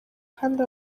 kandi